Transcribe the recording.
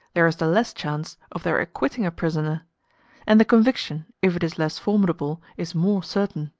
there is the less chance of their acquitting a prisoner and the conviction, if it is less formidable, is more certain.